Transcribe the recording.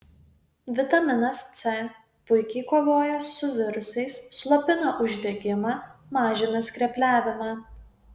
vitaminas c puikiai kovoja su virusais slopina uždegimą mažina skrepliavimą